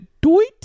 Doit